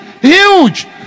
huge